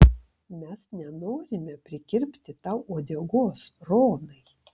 mes nenorime prikirpti tau uodegos ronai